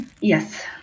Yes